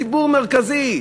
ציבור מרכזי,